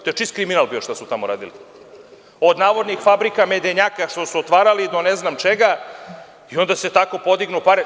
To je čist kriminal bio šta su tamo radili, od navodnih fabrika medenjaka, što su otvarali do ne znam čega i onda se tako podignu pare.